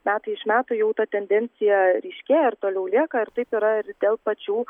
metai iš metų jau ta tendencija ryškėja ir toliau lieka ir taip yra ir dėl pačių